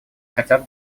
хотят